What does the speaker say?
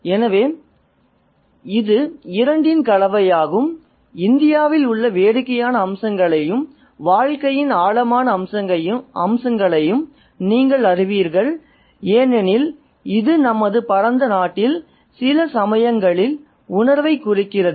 எனவே இது இரண்டின் கலவையாகும் இந்தியாவில் உள்ள வேடிக்கையான அம்சங்களையும் வாழ்க்கையின் ஆழமான அம்சங்களையும் நீங்கள் அறிவீர்கள் ஏனெனில் இது நமது பரந்த நாட்டில் சில சாயல்களின் உணர்வைக் குறிக்கிறது